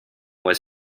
was